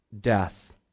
death